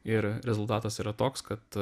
ir rezultatas yra toks kad